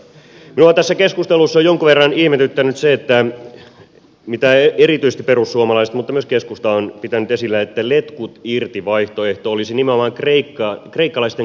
minua on tässä keskustelussa jonkun verran ihmetyttänyt se mitä erityisesti perussuomalaiset mutta myös keskusta on pitänyt esillä että letkut irti vaihtoehto olisi nimenomaan kreikkalaisten kansalaisten etu